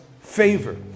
favor